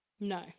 No